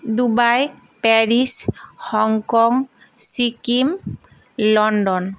Dubai Paris Hong Kong Sikkim London